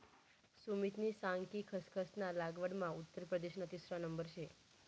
सुमितनी सांग कि खसखस ना लागवडमा उत्तर प्रदेशना तिसरा नंबर शे